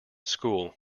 school